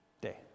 day